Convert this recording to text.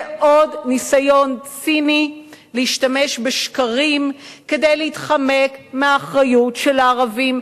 זה עוד ניסיון ציני להשתמש בשקרים כדי להתחמק מהאחריות של הערבים,